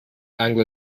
anglo